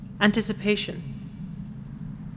anticipation